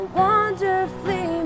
wonderfully